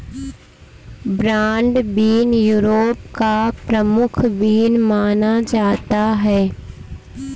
broad bean Europe का प्रमुख bean माना जाता है